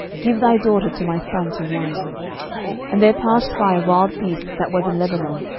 give thy daughter to my son to wife and there passed by a wild beast that was in lebanon,